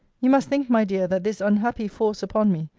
you must think, my dear, that this unhappy force upon me,